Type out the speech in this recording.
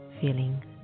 feeling